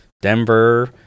Denver